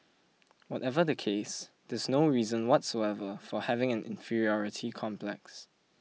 whatever the case there's no reason whatsoever for having an inferiority complex